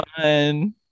fun